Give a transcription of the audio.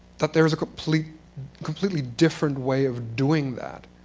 that there's a completely completely different way of doing that.